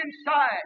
inside